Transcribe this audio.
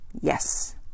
Yes